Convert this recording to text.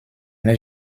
n’ai